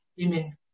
Amen